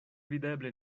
videble